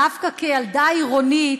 דווקא כילדה עירונית,